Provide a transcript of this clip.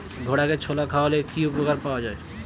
ঘোড়াকে ছোলা খাওয়ালে কি উপকার পাওয়া যায়?